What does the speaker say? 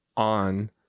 on